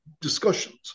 discussions